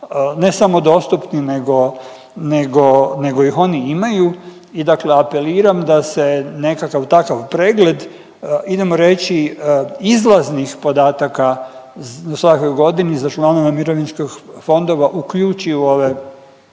ne samo dostupni, nego, nego ih oni imaju i dakle apeliram da se nekakav takav pregled idemo reći izlaznih podataka u svakoj godini za članove mirovinskih fondova uključi u ove,